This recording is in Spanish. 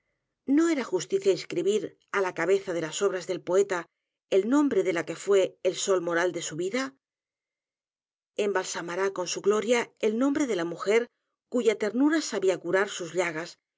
no era justicia inscribir á la cabeza de las obras del poeta el nombre de la que fué el sol moral de su vida embalsamará con su gloria el nombre de la mujer cuya t e r n u r a sabía curar s u s llagas